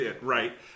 right